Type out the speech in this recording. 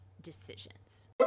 decisions